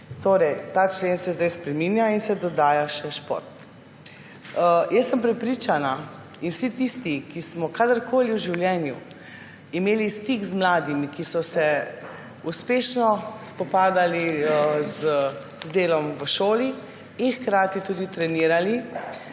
Ta člen se torej zdaj spreminja in se dodaja še šport. Jaz sem prepričana, da vsi tisti, ki smo kadarkoli v življenju imeli stik z mladimi, ki so se uspešno spopadali z delom v šoli in hkrati tudi trenirali